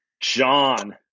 John